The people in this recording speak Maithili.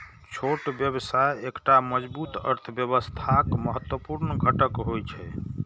छोट व्यवसाय एकटा मजबूत अर्थव्यवस्थाक महत्वपूर्ण घटक होइ छै